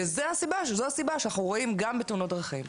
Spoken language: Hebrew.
וזו הסיבה שאנחנו רואים גם בתאונות דרכים,